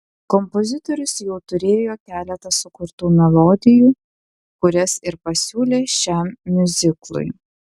kompozitorius jau turėjo keletą sukurtų melodijų kurias ir pasiūlė šiam miuziklui